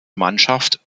mannschaft